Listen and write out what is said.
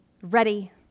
Ready